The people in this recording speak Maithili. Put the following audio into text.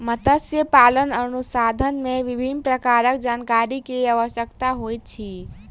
मत्स्य पालन अनुसंधान मे विभिन्न प्रकारक जानकारी के आवश्यकता होइत अछि